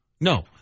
No